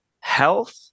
health